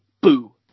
Boo